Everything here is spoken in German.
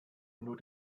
nur